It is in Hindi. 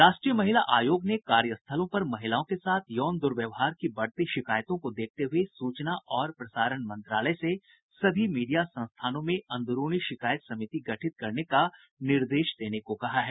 राष्ट्रीय महिला आयोग ने कार्यस्थलों पर महिलाओं के साथ यौन दुर्व्यवहार की बढ़ती शिकायतों को देखते हुए सूचना और प्रसारण मंत्रालय से सभी मीडिया संस्थानों में अंदरुनी शिकायत समिति गठित करने का निर्देश देने को कहा है